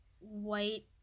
white